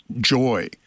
joy